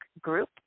group